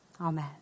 Amen